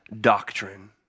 doctrine